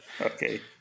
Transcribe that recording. Okay